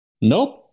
Nope